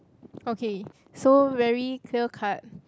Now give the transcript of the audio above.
okay so very clear cut